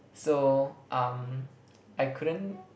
so um I couldn't